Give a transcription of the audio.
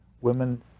women